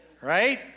Right